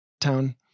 town